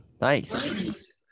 Nice